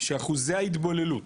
שאחוזי ההתבוללות,